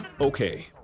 Okay